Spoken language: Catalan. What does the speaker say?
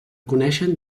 coneixen